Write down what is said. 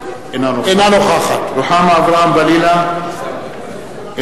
אינה נוכחת רוחמה אברהם-בלילא,